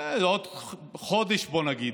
עוד חודש, בוא נגיד.